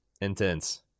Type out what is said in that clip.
intense